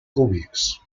cúbics